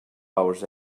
hours